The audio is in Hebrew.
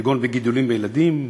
בגידולים כגון אצל ילדים,